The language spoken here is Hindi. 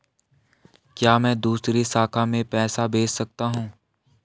क्या मैं दूसरी शाखा में पैसे भेज सकता हूँ?